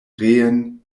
reen